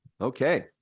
Okay